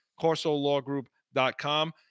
CorsoLawGroup.com